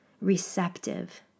receptive